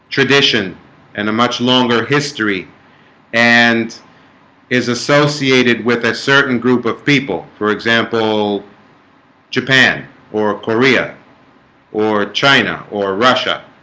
tradition and a much longer history and is associated with a certain group of people for example japan or korea or china or russia